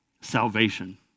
salvation